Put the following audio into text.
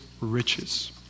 riches